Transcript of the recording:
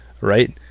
right